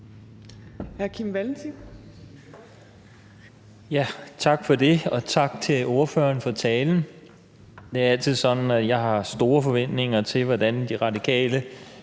Tak for det, og tak til ordføreren for talen. Det er altid sådan, at jeg har store forventninger, når De Radikale